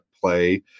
play